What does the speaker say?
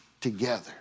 together